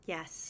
Yes